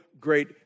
great